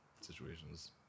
situations